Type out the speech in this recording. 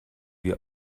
wir